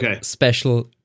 special